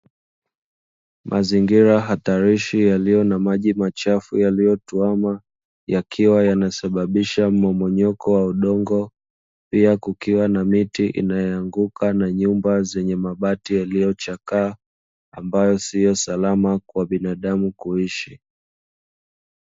Mazingira hatarishi yaliyo na maji machafu yaliyotuama yakiwa yanasababisha mmomonyoko wa udongo, pia kukiwa na miti inayoanguka na nyuma zenye mabati yaliyochakaa ambayo sio salama kwa binadamu kuishi.